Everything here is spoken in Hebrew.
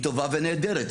היא טובה ונהדרת,